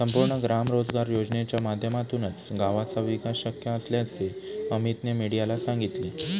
संपूर्ण ग्राम रोजगार योजनेच्या माध्यमातूनच गावाचा विकास शक्य असल्याचे अमीतने मीडियाला सांगितले